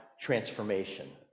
transformation